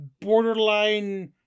borderline